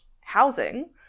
housing